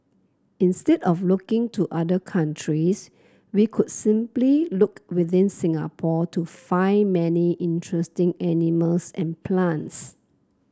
instead of looking to other countries we could simply look within Singapore to find many interesting animals and plants